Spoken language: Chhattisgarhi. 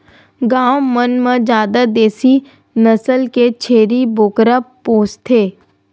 गाँव मन म जादा देसी नसल के छेरी बोकरा पोसथे